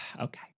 okay